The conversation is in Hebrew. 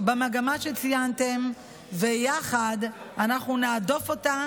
במגמה שציינתם ויחד אנחנו נהדוף אותה,